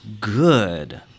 good